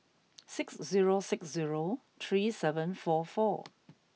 six zero six zero three seven four four